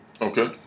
Okay